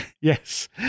yes